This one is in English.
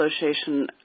Association